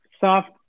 soft